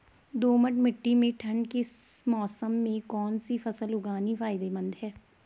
दोमट्ट मिट्टी में ठंड के मौसम में कौन सी फसल उगानी फायदेमंद है?